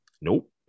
nope